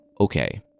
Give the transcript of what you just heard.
Okay